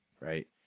Right